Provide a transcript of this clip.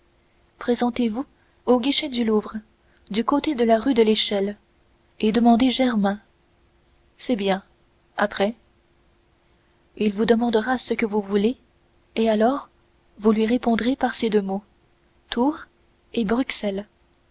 présentez-vous au guichet du louvre du côté de la rue de l'échelle et demandez germain c'est bien après il vous demandera ce que vous voulez et alors vous lui répondrez par ces deux mots tours et bruxelles